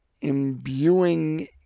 imbuing